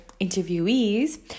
interviewees